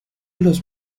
los